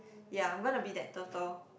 ya I'm gonna be that turtle